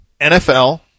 NFL